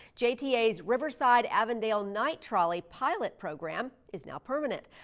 jta's riverside-avondale night trolley pilot program is now permanent.